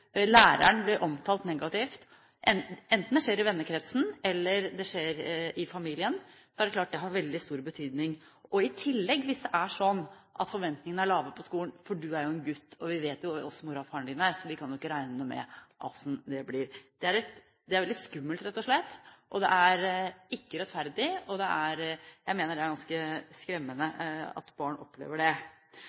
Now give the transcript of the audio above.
læreren blir omtalt negativt – enten det skjer i vennekretsen, eller det skjer i familien – er det klart at det har veldig stor betydning, og i tillegg hvis det er sånn at forventningene er lave på skolen, for du er jo en gutt, og vi vet jo åssen mora og faren din er, så vi kan jo regne med åssen det blir! Det er veldig skummelt, rett og slett, og det er ikke rettferdig. Jeg mener det er ganske skremmende at barn opplever det. Så vil jeg komme tilbake til det jeg snakket om når det